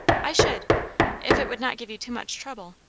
i should if it would not give you too much trouble.